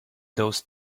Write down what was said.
those